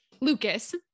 Lucas